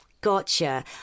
gotcha